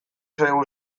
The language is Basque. zaigu